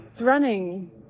running